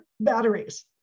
batteries